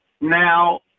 now